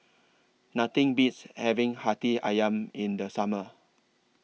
Nothing Beats having Hati Ayam in The Summer